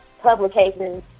publications